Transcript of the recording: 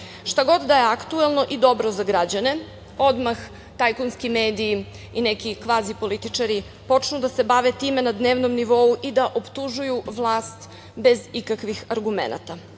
god da je aktuelno i dobro za građane odmah tajkunski mediji i neki kvazi političari počnu da se bave time na dnevnom nivou i da optužuju vlast bez ikakvih